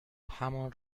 همان